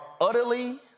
utterly